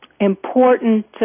important